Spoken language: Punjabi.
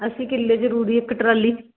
ਅਸੀਂ ਕਿੱਲੇ 'ਚ ਰੂੜੀ ਇੱਕ ਟਰਾਲੀ